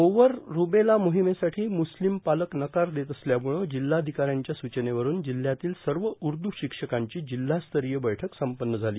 गोवर रुबेला मोहिमेसाठी मुस्लीम पालक नकार देत असल्यामुळे जिल्हाधिकाऱ्यांच्या सुचनेवरून जिल्हयातील सर्व उर्दू शिक्षकांची जिल्हास्तरीय बैठक संपन्न झाली